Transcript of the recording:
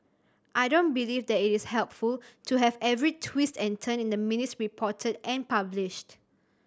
I don't believe that it is helpful to have every twist and turn in the minutes reported and published